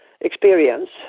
experience